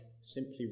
Simply